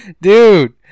Dude